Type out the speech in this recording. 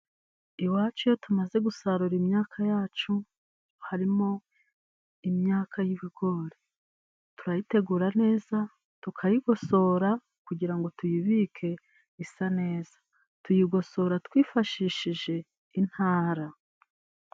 Iwacu iyo tumaze gusarura imyaka yacu harimo imyaka y'ibigori, turayitegura neza tukayigosora kugira ngo tuyibike isa neza tuyigosora twifashishije intara.